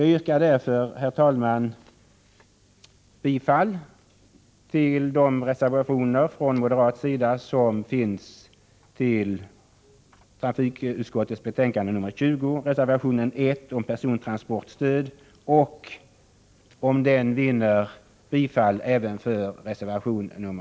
Jag yrkar därför bifall till de reservationer från moderat sida som finns fogade till trafikutskottets betänkande 20, nämligen reservation 1 om persontransportstöd och, om den vinner bifall, även reservation 4.